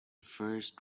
first